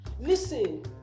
Listen